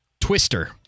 Twister